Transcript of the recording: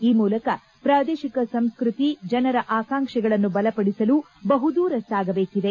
ಈ ಮೂಲಕ ಪ್ರಾದೇಶಿಕ ಸಂಸ್ಟತಿ ಜನರ ಆಕಾಂಕ್ಷೆಗಳನ್ನು ಬಲಪಡಿಸಲು ಬಹುದೂರ ಸಾಗಬೇಕಿದೆ